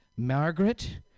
Margaret